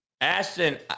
Ashton